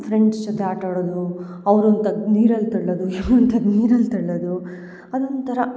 friends ಜೊತೆ ಆಟ ಆಡದು ಅವ್ರು ಒಂದು ತಗ್ ನೀರಲ್ಲಿ ತಳ್ಳದು ಯಾವ ಒಂಥರ ನೀರಲ್ಲಿ ತಳ್ಳದು ಅದು ಒಂಥರ